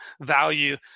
value